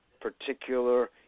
particular